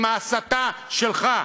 עם ההסתה שלך.